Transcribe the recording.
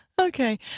Okay